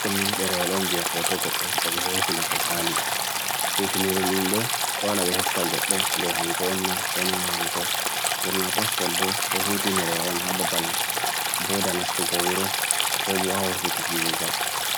Ngam nasturki ko vurtugo lesdi